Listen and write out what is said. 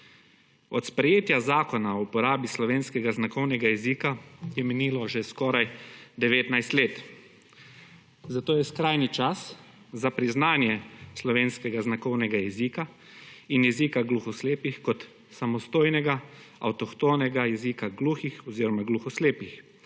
Od sprejetja Zakona o uporabi slovenskega znakovnega jezika je minilo že skoraj 19 let, zato je skrajni čas za priznanje slovenskega znakovnega jezika in jezika gluhoslepih kot samostojnega avtohtonega jezika gluhih oziroma gluhoslepih.